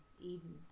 Eden